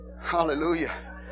Hallelujah